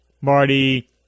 Marty